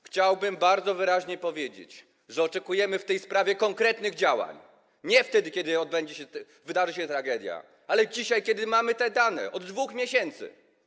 Chciałbym bardzo wyraźnie powiedzieć, że oczekujemy w tej sprawie konkretnych działań, nie wtedy, kiedy wydarzy się tragedia, ale dzisiaj, kiedy mamy te dane od 2 miesięcy.